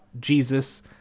Jesus